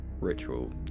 ritual